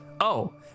Oh